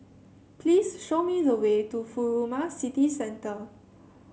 please show me the way to Furama City Centre